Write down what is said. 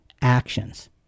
actions